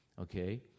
Okay